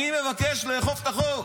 אני מבקש לאכוף את החוק.